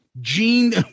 Gene